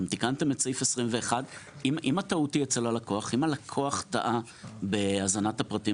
גם תיקנתם את סעיף 21. אם הלקוח טעה בהזנת הפרטים